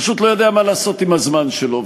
פשוט לא יודע מה לעשות עם הזמן שלו.